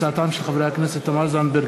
הצעתם של חברי הכנסת תמר זנדברג,